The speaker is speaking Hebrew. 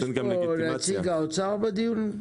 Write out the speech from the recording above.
יש לנו נציג משרד האוצר בדיון?